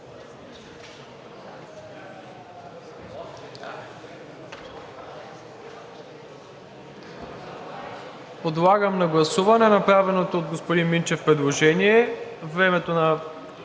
Подлагам на гласуване направеното от господин Минчев предложение времето на